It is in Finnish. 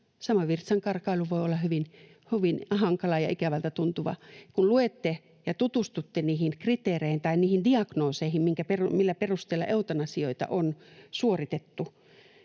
Samoin virtsankarkailu voi olla hyvin hankala ja ikävältä tuntuva. Kun luette ja tutustutte niihin kriteereihin tai niihin diagnooseihin, millä perusteilla eutanasioita on suoritettu,